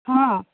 ହଁ